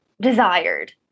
desired